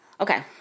Okay